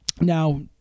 Now